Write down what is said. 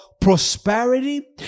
prosperity